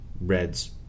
red's